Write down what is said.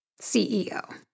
CEO